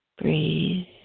Breathe